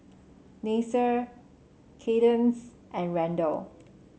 Nasir Cadence and Randel